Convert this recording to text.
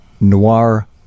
noir